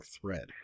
thread